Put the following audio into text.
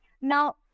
Now